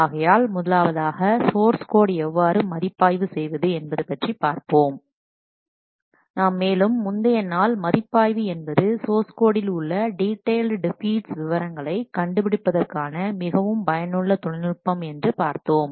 ஆகையால் முதலாவதாக source code எவ்வாறு மதிப்பாய்வு செய்வது என்பது பற்றி பார்ப்போம் நாம் மேலும் முந்தைய நாள் மதிப்பாய்வு என்பது சோர்ஸ்கோடில் உள்ள டிடெயில் டிஃபீட்ஸ் விவரங்களை கண்டுபிடிப்பதற்கான மிகவும் பயனுள்ள தொழில்நுட்பம் என்று பார்த்தோம்